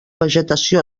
vegetació